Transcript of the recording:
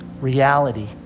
reality